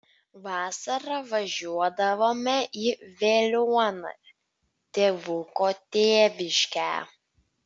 vasarą važiuodavome į veliuoną tėvuko tėviškę